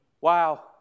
Wow